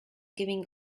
giving